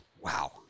Wow